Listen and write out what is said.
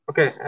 Okay